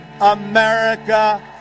America